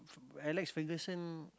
Alex-Ferguson